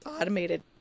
automated